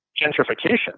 gentrification